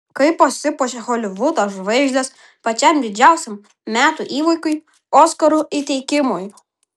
kaip pasipuošia holivudo žvaigždės pačiam didžiausiam metų įvykiui oskarų įteikimui